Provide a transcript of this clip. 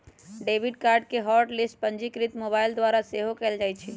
debit card के hot list पंजीकृत mobile द्वारा सेहो कएल जाइ छै